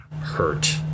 hurt